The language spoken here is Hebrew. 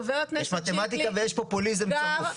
ח"כ שיקלי --- יש מתמטיקה ויש פופוליזם צרוף.